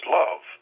love